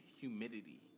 humidity